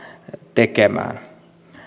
tekemään